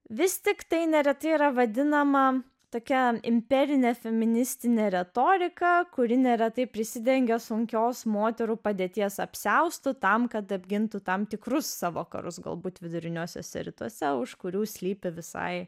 vis tiktai neretai yra vadinama tokiam imperinę feministinę retoriką kuri neretai prisidengia sunkios moterų padėties apsiaustu tam kad apgintų tam tikrus savo karus galbūt viduriniuosiuose rytuose už kurių slypi visai